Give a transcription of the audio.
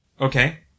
Okay